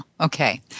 Okay